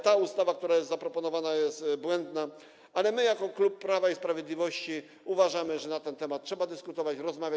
Ta ustawa, która jest zaproponowana, jest błędna, ale my jako klub Prawo i Sprawiedliwość uważamy, że na ten temat trzeba dyskutować, rozmawiać.